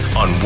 on